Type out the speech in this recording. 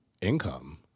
income